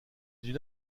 d’une